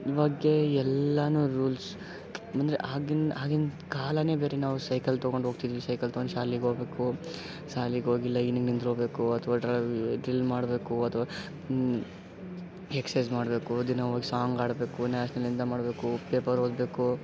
ಇವಾಗೆ ಎಲ್ಲಾನು ರೂಲ್ಸ್ ಅಂದರೆ ಆಗಿನ ಆಗಿನ ಕಾಲಾನೆ ಬೇರೆ ನಾವು ಸೈಕಲ್ ತಗೊಂಡು ಹೋಗ್ತಿದ್ವಿ ಸೈಕಲ್ ತಗೊಂಡು ಶಾಲಿಗೆ ಹೋಗ್ಬೇಕು ಸಾಲಿಗೆ ಹೋಗಿಲ್ಲ ಈವ್ನಿಂಗ್ ನಿಂತ್ಕೊಬೇಕು ಅಥ್ವಾ ಡ್ರೈವ್ ಡ್ರಿಲ್ ಮಾಡಬೇಕು ಅಥ್ವಾ ಎಕ್ಸ್ಸೈಝ್ ಮಾಡಬೇಕು ದಿನ ಹೋಗ್ ಸಾಂಗ್ ಹಾಡ್ಬೇಕು ನ್ಯಾಷ್ನಲ್ ಅನ್ಥೆಮ್ ಆಡಬೇಕು ಪೇಪರ್ ಓದ್ಬೇಕು